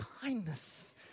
kindness